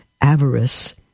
avarice